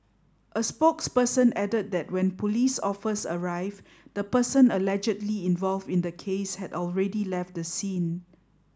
a spokesperson added that when police offers arrived the person allegedly involved in the case had already left the scene